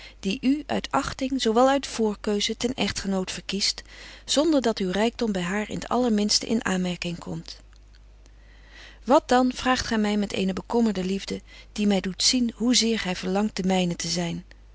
die u uit achting zo wel als uit voorkeuze ten echtgenoot verkiest zonder dat uw rykdom by haar in t allerminste in aanmerking komt wat dan vraagt gy my met eene bekommerde liefde die my doet zien hoe zeer gy verlangt den mynen te zyn